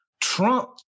Trump